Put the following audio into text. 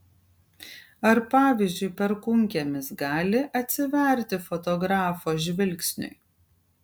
ar pavyzdžiui perkūnkiemis gali atsiverti fotografo žvilgsniui